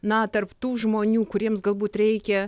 na tarp tų žmonių kuriems galbūt reikia